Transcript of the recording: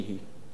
כלומר,